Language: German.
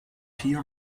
hier